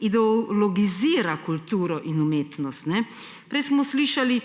ideologizira kulturo in umetnost. Prej smo slišali,